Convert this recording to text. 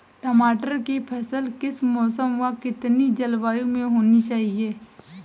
टमाटर की फसल किस मौसम व कितनी जलवायु में होनी चाहिए?